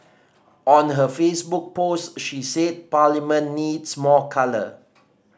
on her Facebook post she said Parliament needs more colour